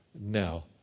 now